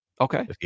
Okay